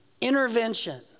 intervention